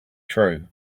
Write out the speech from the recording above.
true